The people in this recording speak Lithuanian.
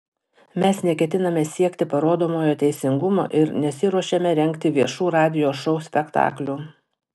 mes neketiname siekti parodomojo teisingumo ir nesiruošiame rengti viešų radijo šou spektaklių